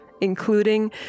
including